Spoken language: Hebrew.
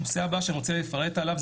הנושא הבא שאני רוצה לפרט עליו הוא